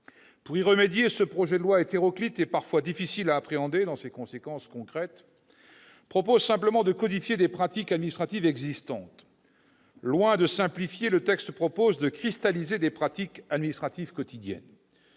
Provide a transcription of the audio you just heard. Pour remédier à cela, ce projet de loi hétéroclite et parfois difficile à appréhender dans ses conséquences concrètes prévoit simplement de codifier des pratiques administratives existantes ; loin de simplifier, il vise à cristalliser des pratiques administratives quotidiennes.